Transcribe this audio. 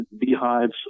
beehives